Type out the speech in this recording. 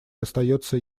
остается